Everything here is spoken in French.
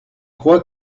crois